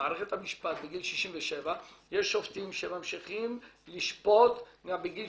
במערכת המשפט יש שופטים שממשיכים לשפוט גם בגיל